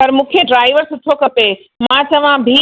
पर मूंखे ड्राइवर सुठो खपे मां चवां बि